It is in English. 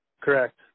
Correct